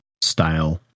style